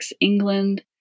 England